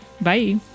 Bye